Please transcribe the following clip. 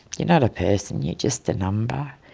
you're not a person, you're just a number.